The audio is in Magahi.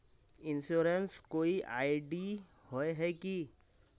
इंश्योरेंस कोई आई.डी होय है की?